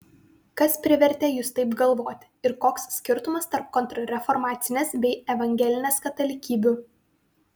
kas privertė jus taip galvoti ir koks skirtumas tarp kontrreformacinės bei evangelinės katalikybių